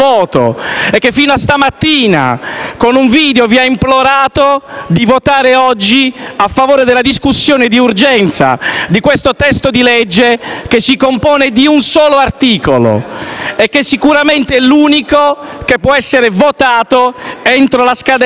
con un video, vi ha implorato di votare oggi a favore della richiesta d'urgenza sul presente disegno di legge, che si compone di un solo articolo e che sicuramente è l'unico che può essere votato entro la scadenza della legislatura.